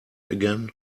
again